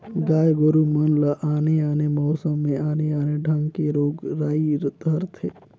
गाय गोरु मन ल आने आने मउसम में आने आने ढंग के रोग राई धरथे